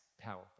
powerful